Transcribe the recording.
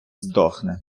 здохне